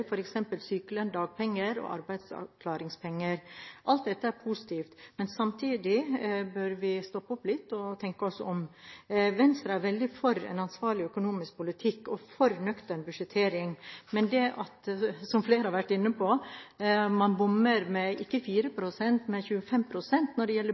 til sykelønn, dagpenger og arbeidsavklaringspenger. Alt dette er positivt, men samtidig bør vi stoppe opp litt og tenke oss om. Venstre er veldig for en ansvarlig økonomisk politikk og en nøktern budsjettering, men – som flere har vært inne på – det at man bommer med ikke 4 pst., men 25 pst. når det gjelder